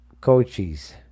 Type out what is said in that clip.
coaches